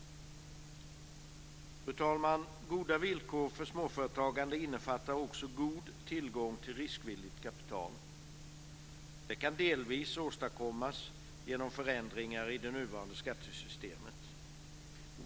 Fru talman! Goda villkor för småföretagande innefattar också god tillgång till riskvilligt kapital. Det kan delvis åstadkommas genom förändringar i det nuvarande skattesystemet.